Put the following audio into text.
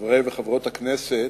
חברי וחברות הכנסת,